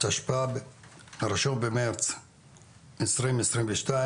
תשפ"ב ה-1 במרץ 2022,